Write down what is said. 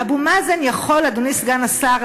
אדוני סגן השר,